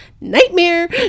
nightmare